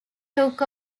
took